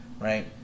right